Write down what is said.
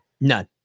None